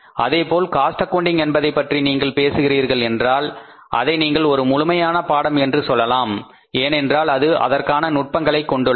அதேபோல cost accounting என்பதை பற்றி நீங்கள் பேசுகிறீர்கள் என்றால் அதை நீங்கள் ஒரு முழுமையான பாடம் என்று சொல்லலாம் ஏனென்றால் அது அதற்கான நுட்பங்களை கொண்டுள்ளது